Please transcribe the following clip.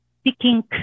speaking